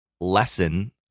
lesson